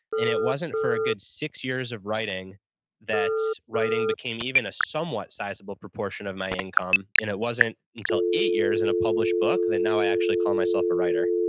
and it wasn't for a good six years of writing that writing became even a somewhat sizeable proportion of my income. and it wasn't until eight years and a published book that now i actually call myself a writer.